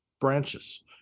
branches